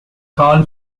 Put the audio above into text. carl